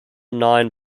nine